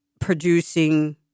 producing